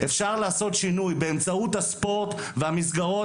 אפשר לעשות שינוי באמצעות הספורט והמסגרות